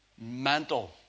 mental